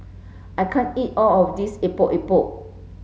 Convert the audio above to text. I can't eat all of this Epok Epok